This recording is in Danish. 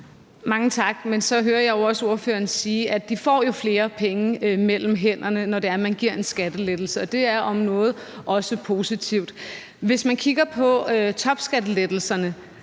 Mange tak. Men så hører jeg jo også ordføreren sige, at de får flere penge mellem hænderne, når det er sådan, at man giver en skattelettelse, og det er om noget også positivt. Hvis man kigger på topskattelettelserne,